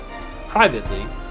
Privately